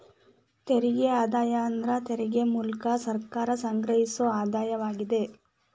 ತೆರಿಗೆ ಆದಾಯ ಅಂದ್ರ ತೆರಿಗೆ ಮೂಲ್ಕ ಸರ್ಕಾರ ಸಂಗ್ರಹಿಸೊ ಆದಾಯವಾಗಿದೆ